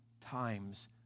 times